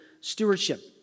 stewardship